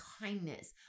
kindness